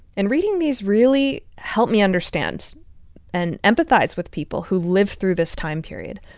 and reading these really helped me understand and empathize with people who lived through this time period.